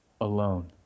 alone